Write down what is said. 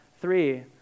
Three